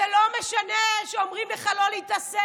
זה לא משנה שאומרים לך לא להתעסק,